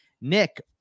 Nick